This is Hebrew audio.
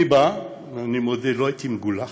אני בא, אני מודה, לא הייתי מגולח,